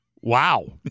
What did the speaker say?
Wow